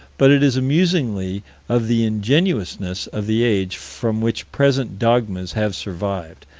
but it is amusingly of the ingenuousness of the age from which present dogmas have survived.